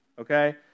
okay